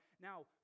now